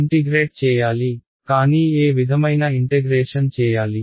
integrate చేయాలి కానీ ఏ విధమైన ఇంటెగ్రేషన్ చేయాలి